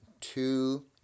two